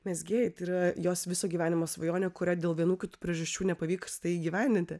mezgėjai tai yra jos viso gyvenimo svajonė kurią dėl vienų priežasčių nepavyksta įgyvendinti